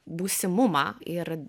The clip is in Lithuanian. būsimumą ir